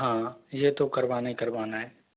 हाँ ये तो करवाना ही करवाना है